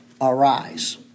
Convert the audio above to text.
arise